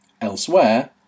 Elsewhere